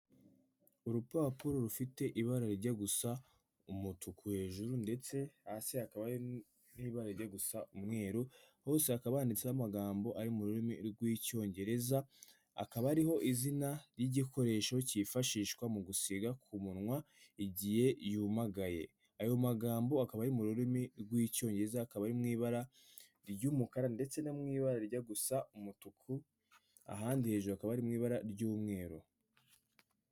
Urupapuro rufite ibara rijya gusa umutuku hejuru ndetse hasi hakaba hari n'ibara rijya gusa umweru, hose hakaba handitseho amagambo ari mu rurimi rw'icyongereza, akaba ariho izina ry'igikoresho cyifashishwa mu gusiga ku munwa igihe yumagaye. Ayo magambo akaba ari mu rurimi rw'icyongereza, akaba ari mu ibara ry'umukara ndetse no mu ibara rijya gusa umutuku ahandi hejuru akaba ari mu ibara ry'umweru.